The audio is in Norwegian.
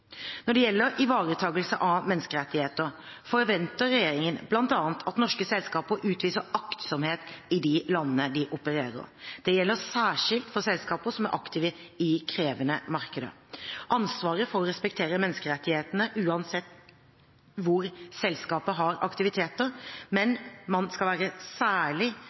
Når det gjelder ivaretakelse av menneskerettigheter, forventer regjeringen bl.a. at norske selskaper utviser aktsomhet i landene de opererer i. Dette gjelder særskilt for selskaper som er aktive i krevende markeder. Ansvaret for å respektere menneskerettighetene gjelder uavhengig av hvor selskaper har aktiviteter, men man skal være særlig